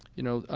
you know,